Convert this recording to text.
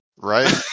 right